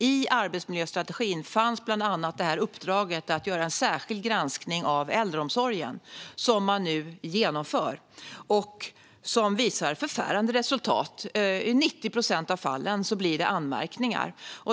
I arbetsmiljöstrategin fanns bland annat uppdraget att göra den särskilda granskning av äldreomsorgen som man nu genomför och som visar förfärande resultat: I 90 procent av fallen blir det anmärkningar.